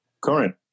current